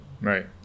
Right